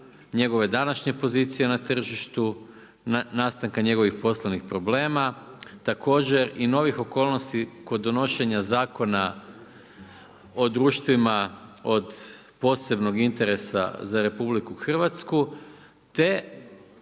njegove današnje pozicije na tržištu, nastanka njegovih poslovnih problema, također i novih okolnosti kod donošenja zakona o društvima od posebnog interesa za RH te